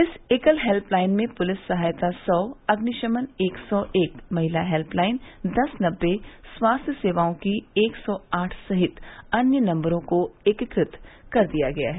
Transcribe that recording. इस एकल help line में पुलिस सहायता सौ अग्निशमन एक सौ एक महिला हेल्य लाइन दस नबे स्वास्थ्य सेवाओं की एक सौ आठ सहित अन्य नम्बरों को एकीकृत कर दिया गया है